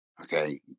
Okay